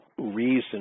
reason